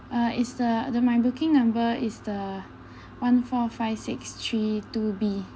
uh is the the my booking number is the one four five six three two B